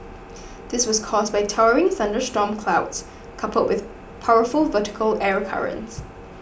this was caused by towering thunderstorm clouds coupled with powerful vertical air currents